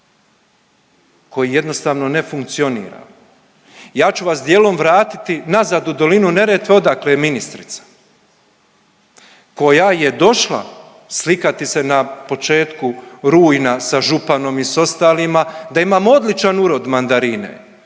koji jednostavno ne funkcionira. Ja ću vas dijelom vratiti nazad u dolinu Neretve odakle je ministrica koja je došla slikati se na početku rujna sa županom i s ostalima da imamo odličan urod mandarine.